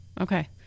okay